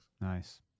Nice